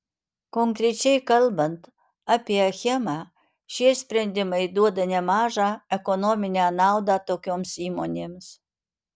konkrečiai kalbant apie achemą šie sprendimai duoda nemažą ekonominę naudą tokioms įmonėms